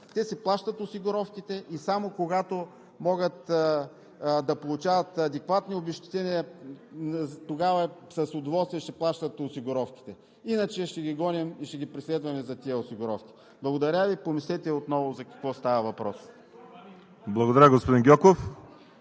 те си плащат осигуровките. И само когато могат да получават адекватни обезщетения, тогава с удоволствие ще си плащат осигуровките. Иначе ще ги гоним и ще ги преследваме за тези осигуровки. Помислете отново за какво става въпрос. Благодаря Ви.